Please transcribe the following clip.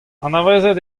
anavezet